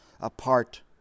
apart